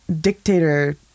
dictator